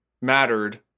mattered